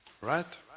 right